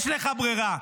יש לך ברירה,